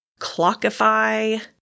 Clockify